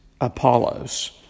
Apollos